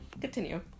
Continue